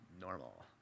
normal